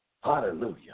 Hallelujah